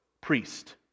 priest